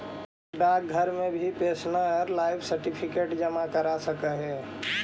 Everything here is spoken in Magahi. तु डाकघर में भी पेंशनर लाइफ सर्टिफिकेट जमा करा सकऽ हे